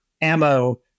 ammo